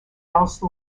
else